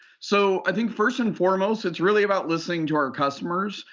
so i think first and foremost, it's really about listening to our customers.